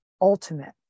ultimate